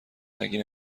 نگی